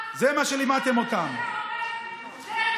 זה מה, סליחה, סליחה רגע.